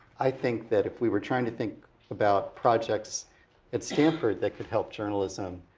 i think that if we were trying to think about projects at stanford that could help journalism,